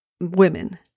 women